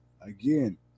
again